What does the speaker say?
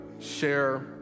share